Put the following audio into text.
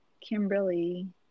Kimberly